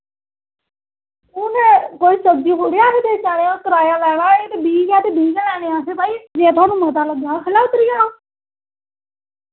हू'न कोई सब्जी थोह्ड़ी कराया लैना एह् ते बीह् गै ते बीह् गै लैने असैं भाई जे थुहानू मता लग्गा दा खल्लै उतरी जाओ